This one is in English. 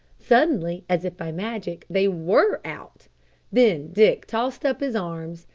suddenly, as if by magic, they were out then dick tossed up his arms,